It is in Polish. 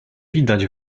widać